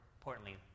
importantly